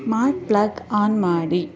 smart plug on ಮಾಡಿ